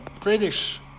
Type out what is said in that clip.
British